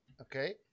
okay